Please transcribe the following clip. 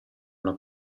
alla